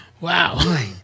Wow